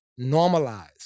normalize